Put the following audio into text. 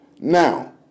Now